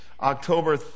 October